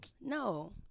No